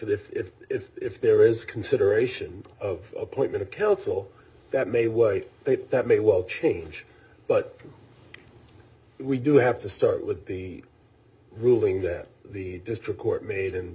if if if if there is consideration of appointment of kilts all that may weigh that may well change but we do have to start with the ruling that the district court made and